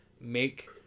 make